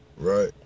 right